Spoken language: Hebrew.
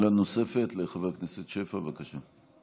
שאלה נוספת לחבר הכנסת שפע, בבקשה.